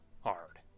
hard